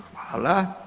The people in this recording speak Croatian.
Hvala.